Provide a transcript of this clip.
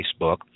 Facebook